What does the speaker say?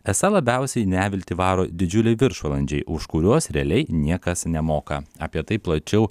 esą labiausiai į neviltį varo didžiuliai viršvalandžiai už kuriuos realiai niekas nemoka apie tai plačiau